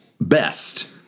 best